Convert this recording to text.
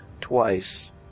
twice